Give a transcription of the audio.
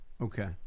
Okay